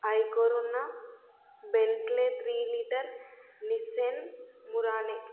ఐకోరున్నా Bentley three litre Nissan Murano